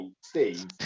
steve